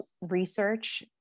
research